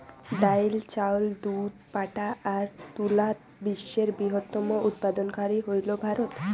ডাইল, চাউল, দুধ, পাটা আর তুলাত বিশ্বের বৃহত্তম উৎপাদনকারী হইল ভারত